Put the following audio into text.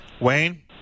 Wayne